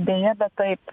deja bet taip